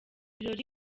birori